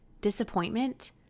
disappointment